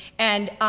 and,